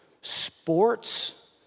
sports